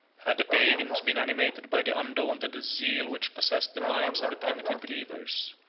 had the pagans been animated by the undaunted zeal which possessed the minds of the primitive believers,